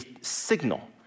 signal